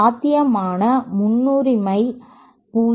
சாத்தியமான முன்னுரிமை 0